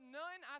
none